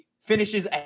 finishes